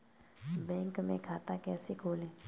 Bank में खाता कैसे खोलें?